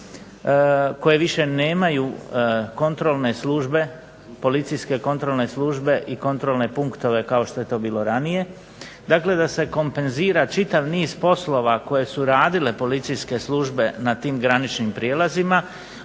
kontrolne službe, policijske kontrolne službe i kontrolne punktove kao što je to bilo ranije, dakle da se kompenzira čitav niz poslova koje su radile policijske službe na tim graničnim prijelazima,